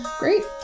great